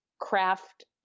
craft